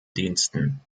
diensten